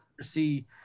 see